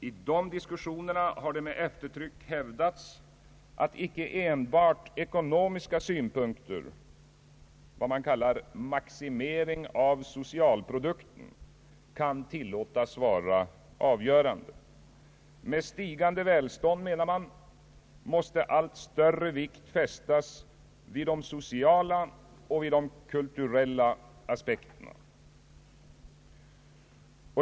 I dessa debatter har det med eftertryck hävdats att icke enbart ekonomiska synpunkter — »maximering av socialprodukten» — kan tillåtas vara avgörande. Med stigande välstånd, menar man, måste allt större vikt fästas vid de sociala och kulturella aspekterna.